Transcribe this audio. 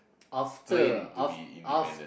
after af~ af~